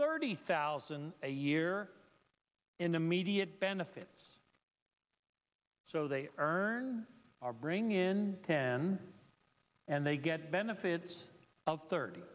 thirty thousand a year in immediate benefits so they earn our bring in then and they get benefits of thirty